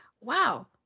wow